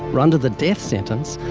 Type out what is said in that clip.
we're under the death sentence,